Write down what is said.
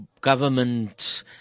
government